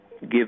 give